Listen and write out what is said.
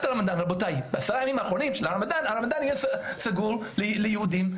הרמדאן שבעשרה ימים האחרונים הר הבית יהיה סגור ליהודים,